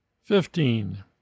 Fifteen